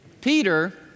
Peter